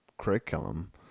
curriculum